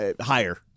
higher